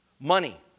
Money